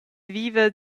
viva